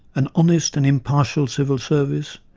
an honest and impartial civil service,